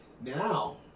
Now